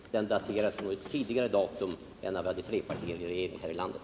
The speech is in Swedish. Den härrör från ett tidigare datum än när vi hade trepartiregering här i landet.